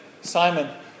Simon